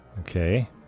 Okay